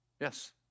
Yes